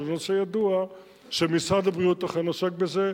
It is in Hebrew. שזה נושא ידוע ומשרד הבריאות אכן עוסק בזה,